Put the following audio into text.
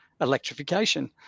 electrification